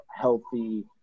healthy